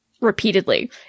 repeatedly